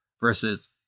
versus